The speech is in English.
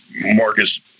Marcus